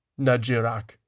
Najirak